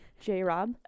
J-Rob